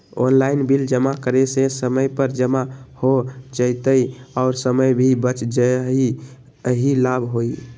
Online bill जमा करे से समय पर जमा हो जतई और समय भी बच जाहई यही लाभ होहई?